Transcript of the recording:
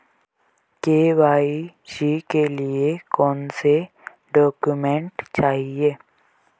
KYC के लिए कौनसे डॉक्यूमेंट चाहिये?